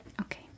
Okay